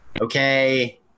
okay